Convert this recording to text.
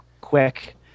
quick